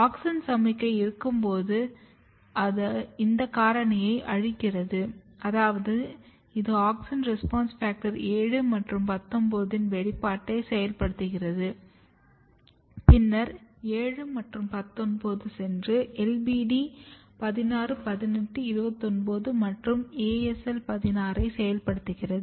auxin சமிக்ஞை இருக்கும்போது அது இந்த காரணியை அழிக்கிறது அதாவது இது AUXIN RESPONSE FACTOR 7 மற்றும் 19 இன் வெளிப்பாட்டை செயல்படுத்துகிறது பின்னர் 7 மற்றும் 19 சென்று LBD 16 18 29 மற்றும் ASL16 ஐ செயல்படுத்துகிறது